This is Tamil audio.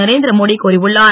நரேந்திர மோடி கூறியுள்ளார்